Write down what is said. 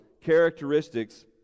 characteristics